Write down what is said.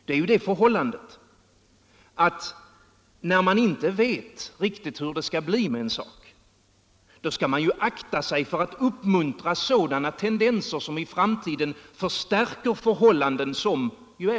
Om man inte vet riktigt hur man i framtiden vill ha det, så skall man naturligtvis akta sig för att uppmuntra tendenser som stärker de förhållanden som man är oroad över.